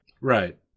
Right